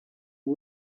ubu